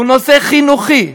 הוא נושא חינוכי,